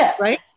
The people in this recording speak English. right